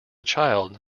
child